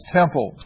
temple